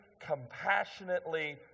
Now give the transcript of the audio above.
compassionately